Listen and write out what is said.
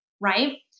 right